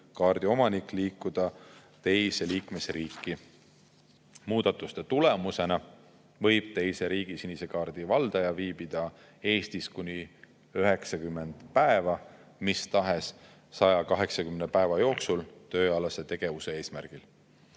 liikmesriigist liikuda teise liikmesriiki. Muudatuste tulemusena võib teise riigi sinise kaardi valdaja viibida Eestis kuni 90 päeva mis tahes 180 päeva jooksul tööalase tegevuse eesmärgil.